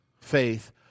faith